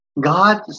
God